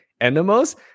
animals